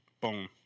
boom